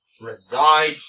reside